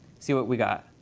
see what we got.